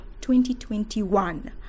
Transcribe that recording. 2021